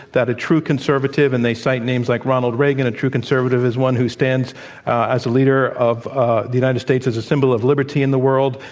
that a true conservative and they cite names like ronald reagan, a true conservative, is one who stands as a leader of the united states as a symbol of liberty in the world,